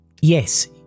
yes